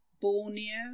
borneo